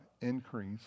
increase